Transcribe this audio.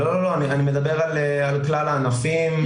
אני מדבר על כלל הענפים.